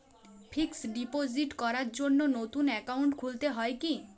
Fix deposit করার জন্য নতুন অ্যাকাউন্ট খুলতে হয় কী?